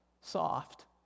soft